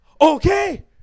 Okay